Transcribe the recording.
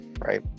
right